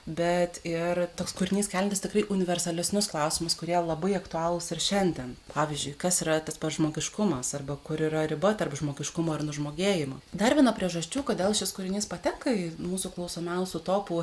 bet ir toks kūrinys keliantis tikrai universalesnius klausimus kurie labai aktualūs ir šiandien pavyzdžiui kas yra tas pats žmogiškumas arba kur yra riba tarp žmogiškumo ir nužmogėjimo dar viena priežasčių kodėl šis kūrinys patenka į mūsų klausomiausių topų